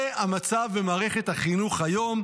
זה המצב במערכת החינוך היום,